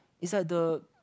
is like the